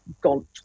gone